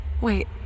Wait